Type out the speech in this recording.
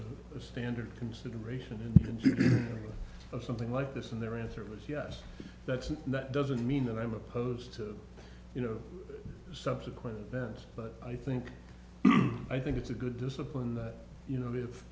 a standard consideration of something like this in their answer was yes that's it that doesn't mean that i'm opposed to you know subsequent but i think i think it's a good discipline that you know if